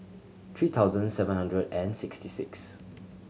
three thousand seven hundred and sixty six